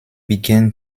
began